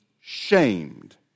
shamed